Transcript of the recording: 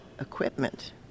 equipment